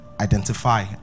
identify